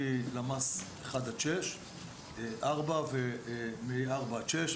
מלמ"ס 1 עד 4 ומ-4 עד 6,